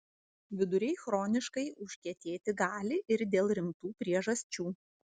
viduriai chroniškai užkietėti gali ir dėl rimtų priežasčių